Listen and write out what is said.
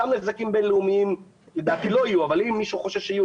אותם נזקים בין-לאומיים לדעתי לא יהיו אבל אם מישהו חושב שיהיו,